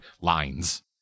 lines